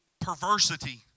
perversity